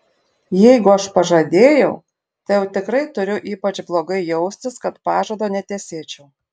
jeigu aš pažadėjau tai jau tikrai turiu ypač blogai jaustis kad pažado netesėčiau